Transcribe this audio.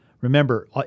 remember